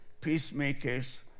peacemakers